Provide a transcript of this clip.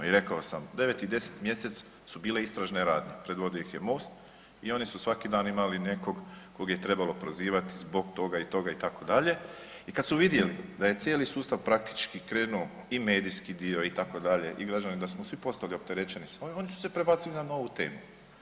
I rekao sam 9. i 10. mjesec su bile istražne radnje, predvodio ih je MOST i oni su svaki dan imali nekog kog je trebalo prozivati zbog toga i toga itd. i kad su vidjeli da je cijeli sustav praktički krenuo i medijski dio i tako dalje i građani da smo svi postali opterećeni s ovim oni su se prebacili na novu temu.